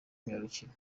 myibarukiro